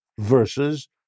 versus